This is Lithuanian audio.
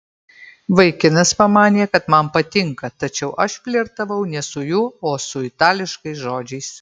vaikinas pamanė kad man patinka tačiau aš flirtavau ne su juo o su itališkais žodžiais